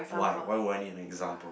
why why would I need an example